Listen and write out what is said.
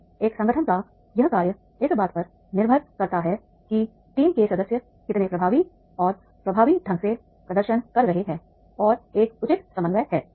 और एक संगठन का यह कार्य इस बात पर निर्भर करता है कि टीम के सदस्य कितने प्रभावी और प्रभावी ढंग से प्रदर्शन कर रहे हैं और एक उचित समन्वय है